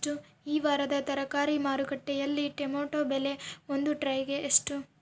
ಈ ವಾರದ ತರಕಾರಿ ಮಾರುಕಟ್ಟೆಯಲ್ಲಿ ಟೊಮೆಟೊ ಬೆಲೆ ಒಂದು ಟ್ರೈ ಗೆ ಎಷ್ಟು?